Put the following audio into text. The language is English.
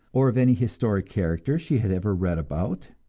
or of any historic character she had ever read about?